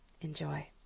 Enjoy